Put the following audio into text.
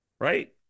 Right